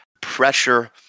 pressure